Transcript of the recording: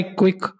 quick